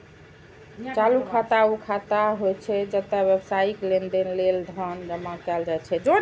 चालू खाता ऊ खाता होइ छै, जतय व्यावसायिक लेनदेन लेल धन जमा कैल जाइ छै